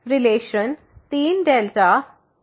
relation 3≤ϵ है